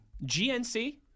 GNC